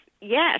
yes